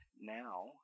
now